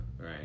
Right